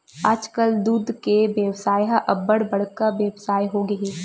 आजकाल दूद के बेवसाय ह अब्बड़ बड़का बेवसाय होगे हे